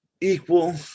equal